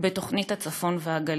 בתוכנית הצפון והגליל.